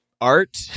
art